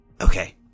Okay